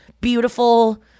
beautiful